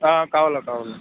కావాలి కావాలి